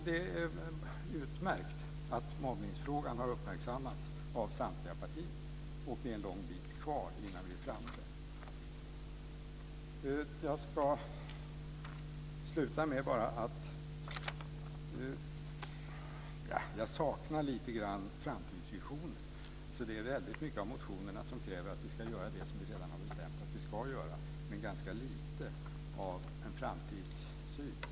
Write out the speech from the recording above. Det är utmärkt att mobbningsfrågan har uppmärksammats av samtliga partier. Det är en lång bit kvar innan vi är framme. Jag saknar framtidsvisioner. I många av motionerna kräver man som vi redan har bestämt att göra, men det finns ganska lite av framtidssyn.